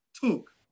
took